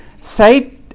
say